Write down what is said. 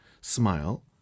Smile